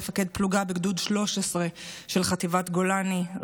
מפקד פלוגה בגדוד 13 של חטיבת גולני,